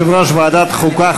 יושב-ראש ועדת החוקה,